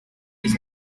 his